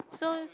so